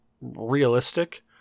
realistic